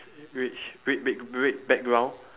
rage red ba~ red background